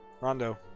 Rondo